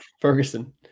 Ferguson